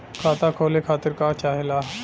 खाता खोले खातीर का चाहे ला?